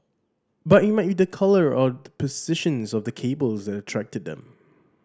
but it might be the colour or the position of the cables that attracted them